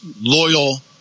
loyal